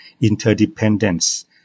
interdependence